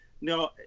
No